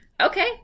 Okay